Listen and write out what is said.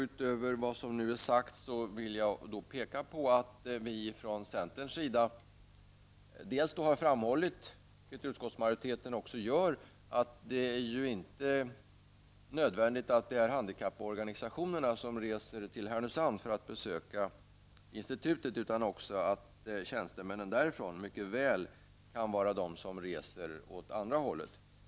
Utöver vad som nu har sagts vill jag peka på att vi från centerns sida har framhållit, vilket utskottsmajoriteten också gör, att det inte är nödvändigt att det är företrädare för handikapporganisationerna som reser till Härnösand för att besöka institutet utan att tjänstemännen därifrån mycket väl kan resa åt andra hållet.